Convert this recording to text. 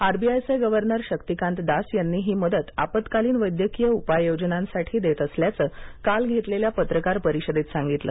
आरबीआयचे गव्हर्नर शक्तिकांत दास यांनी ही मदत आपत्कालीन वैद्यकीय उपाय योजनांसाठी देत असल्याचं काल घेतलेल्या पत्रकार परिषदेत सांगितलं